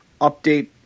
update